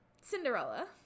Cinderella